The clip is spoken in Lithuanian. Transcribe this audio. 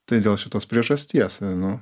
tai dėl šitos priežasties nu